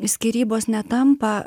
skyrybos netampa